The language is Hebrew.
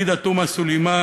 עאידה תומא סלימאן,